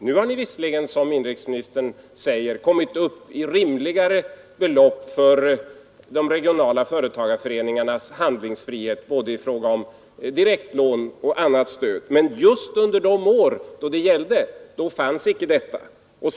Nu har de visserligen, som inrikesministern säger, kommit upp i rimligare belopp när det gäller de regionala företagarföreningarnas handlingsfrihet i fråga om både direktlån och annat stöd, men just under de åren var det icke så.